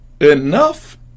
enough